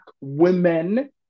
women